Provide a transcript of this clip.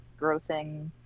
grossing